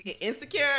Insecure